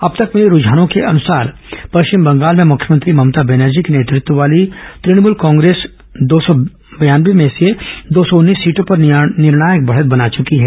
अब तक मिले रूझानों के अनुसार पश्चिम बंगाल में मुख्यमंत्री ममता बनर्जी की नेतत्व वाली तणमुल कांग्रेस दो सौ बयानवे में से दौ सौ उन्नीसे सीटों पर निर्णायक बढ़त बना चुकी है